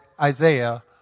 Isaiah